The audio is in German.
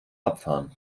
abfahren